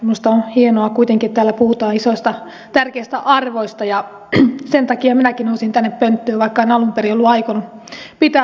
minusta on hienoa kuitenkin että täällä puhutaan isoista ja tärkeistä arvoista ja sen takia minäkin nousin tänne pönttöön vaikka en alun perin ollut aikonut pitää puheenvuoroa